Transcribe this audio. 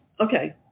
Okay